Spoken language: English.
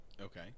okay